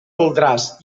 voldràs